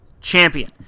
champion